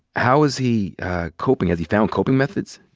how is he coping? has he found coping methods?